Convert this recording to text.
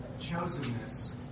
chosenness